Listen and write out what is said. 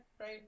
right